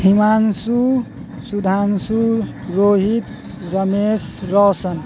Himanshu Sudhanshu Rohit Ramesh Roshan